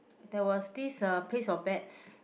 there was this uh place for pets